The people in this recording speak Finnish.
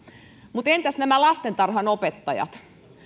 mutta entäs lastentarhanopettajat